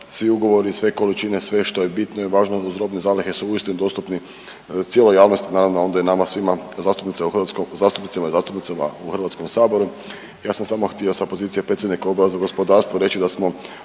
svi ugovori i sve količine, sve što je bitno i važno uz robne zalihe su uistinu dostupni cijeloj javnosti, naravno a onda i nama svima zastupnicima u Hrvatskom, zastupnicima i zastupnicama u Hrvatskom saboru. Ja sa samo htio sa pozicije predsjednika Odbora za gospodarstvo reći da smo